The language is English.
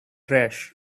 trash